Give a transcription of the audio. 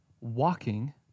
walking